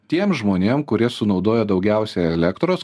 tiem žmonėm kurie sunaudoja daugiausia elektros